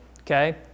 Okay